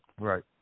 Right